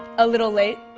a little late,